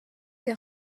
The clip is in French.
des